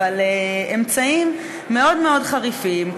אבל האמצעים מאוד חריפים,